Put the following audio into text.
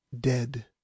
dead